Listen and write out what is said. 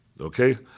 okay